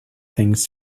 things